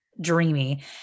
dreamy